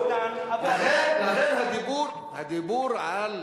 אבו עלא ניהל משא-ומתן.